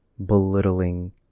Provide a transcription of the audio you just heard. belittling